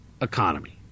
economy